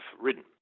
ridden